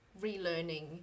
relearning